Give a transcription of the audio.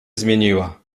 zmieniła